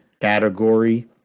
category